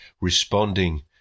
responding